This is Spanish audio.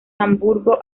hamburgo